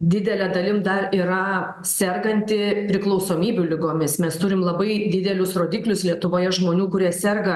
didele dalim dar yra serganti priklausomybių ligomis mes turim labai didelius rodiklius lietuvoje žmonių kurie serga